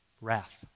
wrath